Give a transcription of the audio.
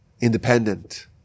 independent